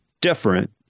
different